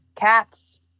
Cats